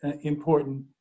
important